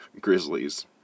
grizzlies